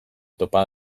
topa